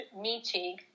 meeting